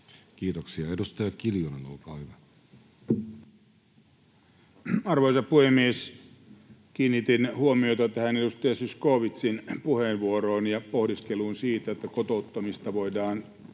muuttamisesta Time: 15:41 Content: Arvoisa puhemies! Kiinnitin huomiota tähän edustaja Zyskowiczin puheenvuoroon ja pohdiskeluun siitä, että kotouttamista voidaan